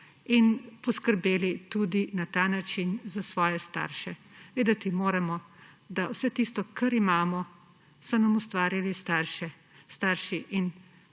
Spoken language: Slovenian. in poskrbeli tudi na ta način za svoje starše. Vedeti moramo, da vse tisto, kar imamo, so nam ustvarili starši in